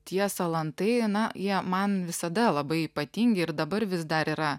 tie salantai na jie man visada labai ypatingi ir dabar vis dar yra